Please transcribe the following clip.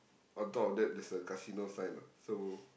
on top of that there's a casino sign lah so